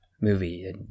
movie